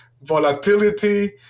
Volatility